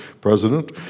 president